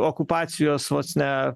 okupacijos vos ne